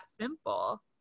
simple